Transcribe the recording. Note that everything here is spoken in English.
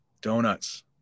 Donuts